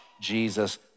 Jesus